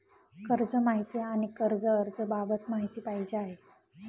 कर्ज माहिती आणि कर्ज अर्ज बाबत माहिती पाहिजे आहे